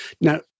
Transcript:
now